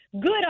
Good